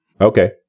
Okay